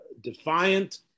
defiant